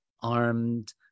armed